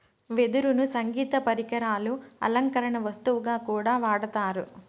వెదురును సంగీత పరికరాలు, అలంకరణ వస్తువుగా కూడా వాడతారు